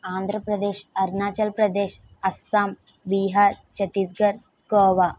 Andhra Pradesh Arunachal Pradesh Assam Bihar Chhattisgarh Goa